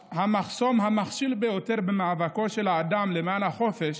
המחסום המכשיל ביותר במאבקו של האדם למען החופש